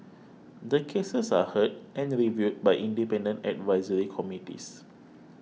the cases are heard and reviewed by independent advisory committees